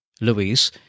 Luis